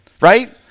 right